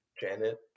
Janet